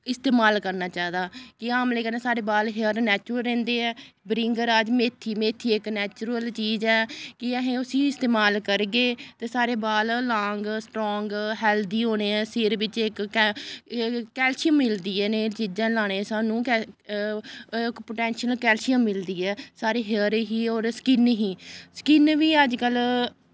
इस्तेमाल करना चाहिदा कि आमले कन्नै साढ़े बाल हेयर नैचुरल रौंह्दे ऐ भृंगराज मेथी मेथी इक नैचरल चीज ऐ कि असें उस्सी इस्तेमाल करगे ते साढ़े बाल लांग स्ट्रांग हैल्थी होने ऐ सिर बिच्च इक के कैल्शियम मिलदी ऐ इ'नें चीजां लाने सानूं इक पोटैशियम कैल्शियम मिलदी ऐ साढ़े हेयर गी होर स्किन गी स्किन बी अजकल्ल